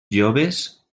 joves